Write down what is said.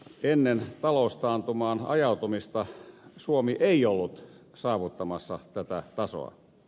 ennen taloustaantumaan ajautumista suomi ei ollut saavuttamassa tätä tasoa